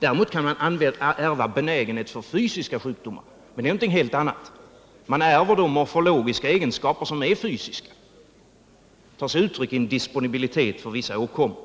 Däremot kan man ärva benägenhet för fysiska sjukdomar, men det är någonting helt annat. Man ärver morfologiska egenskaper, som är fysiska och tar sig uttryck i en disponibilitet för vissa åkommor.